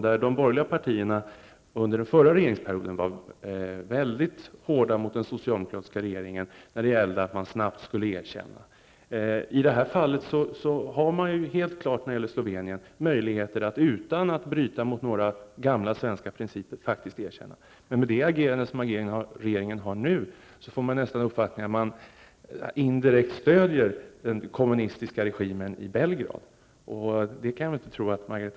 De borgerliga partierna var under den förra regeringsperioden mycket hårda mot den socialdemokratiska regeringen när det gällde att snabbt erkänna de baltiska staterna. Regeringen har nu helt klart möjlighet att erkänna Slovenien, utan att bryta mot några gamla svenska principer. Med detta agerande får man nästan uppfattningen att regeringen indirekt stödjer den kommunistiska regimen i Belgrad, och det kan jag väl inte tro att